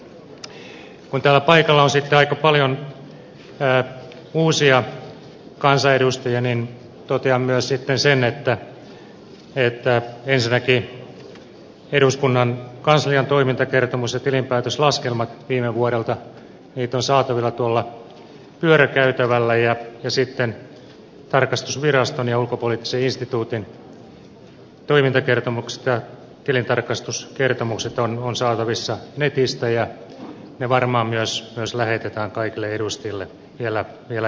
kun täällä paikalla on sitten aika paljon uusia kansanedustajia niin totean myös sen että ensinnäkin eduskunnan kanslian toimintakertomus ja tilinpäätöslaskelmat viime vuodelta ovat saatavilla tuolla pyörökäytävällä ja tarkastusviraston ja ulkopoliittisen instituutin toimintakertomukset ja tilintarkastuskertomukset ovat saatavissa netistä ja ne varmaan myös lähetetään kaikille edustajille vielä erikseen